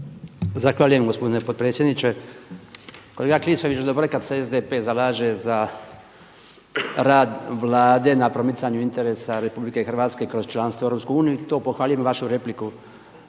Zahvaljujem gospodine potpredsjedniče. Kolega Klisović dobro je kada se SDP zalaže za rad vlade na promicanju interesa RH kroz članstvo u EU i to pohvaljujem i vašu repliku